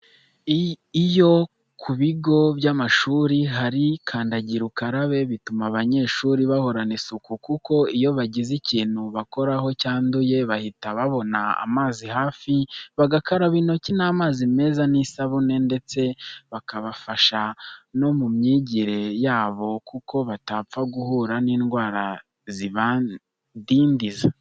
Iyo ku bigo by'amashuri hari kandagira ukarabe bituma abanyeshuri bahorana isuku kuko iyo bagize ikintu bakoraho cyanduye, bahita babona amazi hafi bagakaraba intoki n'amazi meza n'isabune ndetse bikabafasha no mu myigire yabo kuko batapfa guhura n'indwara zibadindiza.